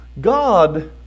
God